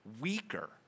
weaker